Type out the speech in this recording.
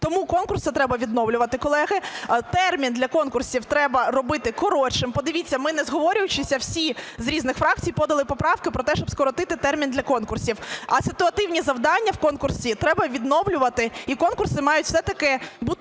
Тому конкурси треба відновлювати, колеги. Термін для конкурсів треба робити коротшим. Подивіться, ми, не зговорюючись, всі з різних фракцій подали поправки про те, щоб скоротити термін для конкурсів. А ситуативні завдання в конкурсі треба відновлювати. І конкурси мають все-таки бути